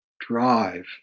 drive